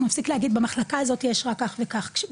נפסיק להגיד במחלקה הזאת יש רק כך וכך,